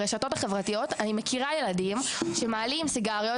ברשתות החברתיות אני מכירה ילדים שמעלים סיגריות